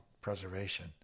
preservation